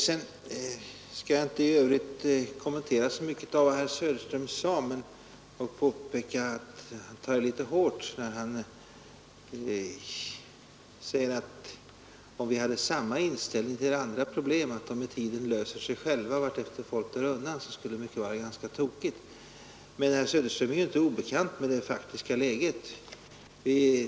Sedan skall jag inte i övrigt kommentera så mycket vad herr Söderström sade, men jag vill påpeka att han tar i litet hårt när han säger att om vi hade samma inställning till andra problem, att de med tiden löser sig själva vartefter folk dör undan, skulle mycket vara ganska tokigt. Men herr Söderström är inte obekant med det faktiska läget.